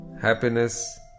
happiness